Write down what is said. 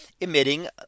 emitting